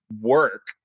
work